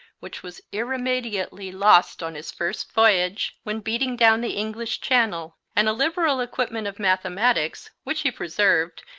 which was irremediably lost on his first voyage when beating down the english channel, and a liberal equipment of mathematics which he preserved,